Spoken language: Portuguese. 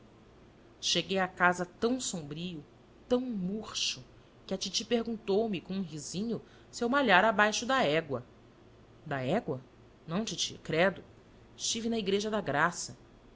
cheguei à casa tão sombrio tão murcho que a titi perguntou-me com um risinho se eu malhara abaixo da égua da égua não titi credo estive na igreja da graça